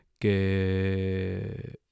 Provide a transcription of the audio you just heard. que